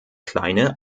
kleine